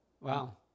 Wow